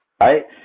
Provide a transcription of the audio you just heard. right